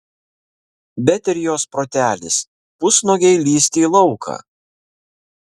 bet ir jos protelis pusnuogei lįsti į lauką